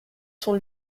son